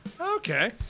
Okay